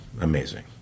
amazing